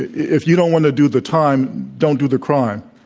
if you don't want to do the time, don't do the crime.